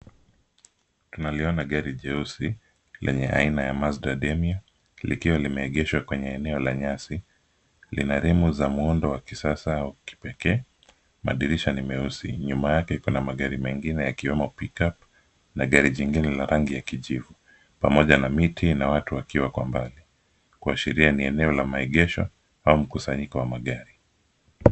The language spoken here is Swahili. Tunaliona gari jeusi, lenye aina ya Mazda Demio, likiwa limeegeshwa kwenye eneo la nyasi. Lina remu za muundo wa kisasa au kipekee. Madirisha ni meusi. Nyuma yake kuna magari mengine yakiwemo pickup na gari jingine la rangi ya kijivu, pamoja na miti na watu wakiwa kwa mbali. Kuashiria ni eneo la maegesho, au mkusanyiko wa magari.